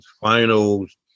finals